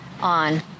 on